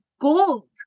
gold